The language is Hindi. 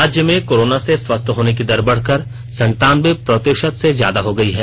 राज्य में कोरोना से स्वस्थ होने की दर बढ़कर संतान्बे प्रतिशत से ज्यादा हो गई है